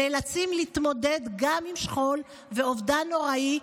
נאלצים להתמודד גם עם שכול ואובדן נוראי,